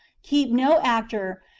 keep no actor,